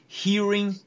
hearing